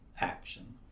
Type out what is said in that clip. action